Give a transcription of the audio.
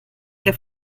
que